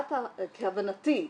כהבנתי,